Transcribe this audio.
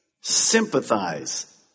sympathize